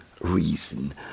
reason